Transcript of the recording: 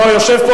יושב פה